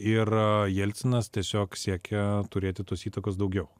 ir jelcinas tiesiog siekė turėti tos įtakos daugiau